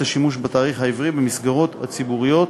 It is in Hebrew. השימוש בתאריך העברי במסגרות הציבוריות